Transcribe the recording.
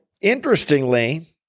interestingly